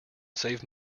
save